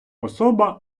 особа